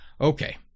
Okay